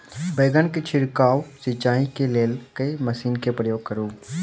बैंगन केँ छिड़काव सिचाई केँ लेल केँ मशीन केँ प्रयोग करू?